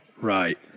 Right